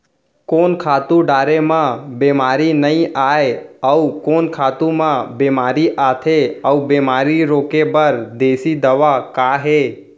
कोन खातू डारे म बेमारी नई आये, अऊ कोन खातू म बेमारी आथे अऊ बेमारी रोके बर देसी दवा का हे?